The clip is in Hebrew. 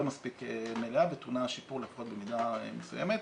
מספיק מלאה וטעונה שיפור לפחות במידה מסוימת.